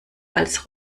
als